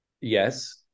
Yes